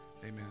Amen